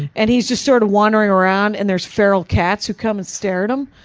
and he's just sort of wandering around and there's feral cats who come and stare at him.